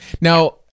Now